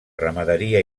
ramaderia